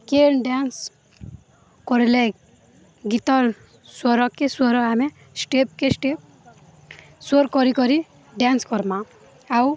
କିଏ ଡ୍ୟାନ୍ସ କରିଲେ ଗୀତର୍ ସ୍ୱର କେ ସ୍ଵର ଆମେ ଷ୍ଟେପ୍କେ ଷ୍ଟେପ୍ ସ୍ୱର କରି କରି ଡ୍ୟାନ୍ସ କର୍ମା ଆଉ